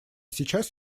сейчас